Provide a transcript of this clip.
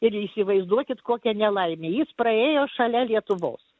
ir įsivaizduokit kokia nelaimė jis praėjo šalia lietuvos